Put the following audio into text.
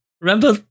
Remember